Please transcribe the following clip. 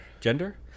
Gender